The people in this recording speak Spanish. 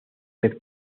pez